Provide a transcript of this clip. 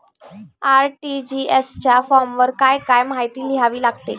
RTGS च्या फॉर्मवर काय काय माहिती लिहावी लागते?